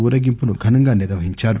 ఊరేగింపును ఘనంగా నిర్వహించారు